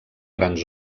grans